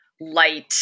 light